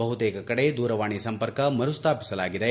ಬಹುತೇಕ ಕಡೆ ದೂರವಾಣಿ ಸಂಪರ್ಕ ಮರುಸ್ಲಾಪಿಸಲಾಗಿದೆ